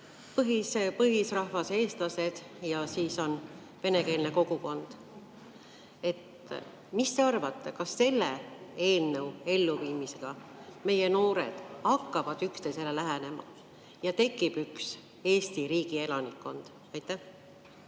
põlisrahvas eestlased ja venekeelne kogukond. Mis te arvate, kas selle eelnõu elluviimisel meie noored hakkavad üksteisele lähenema ja tekib üks Eesti riigi elanikkond? Aitäh,